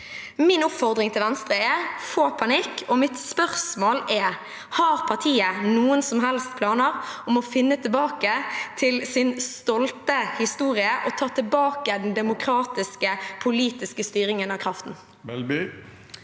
Min oppfordring til Venstre er: Få panikk! Og mitt spørsmål er: Har partiet noen som helst planer om å finne tilbake til sin stolte historie og ta tilbake den demokratiske politiske styringen av kraften?